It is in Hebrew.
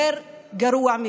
יותר גרוע מזה,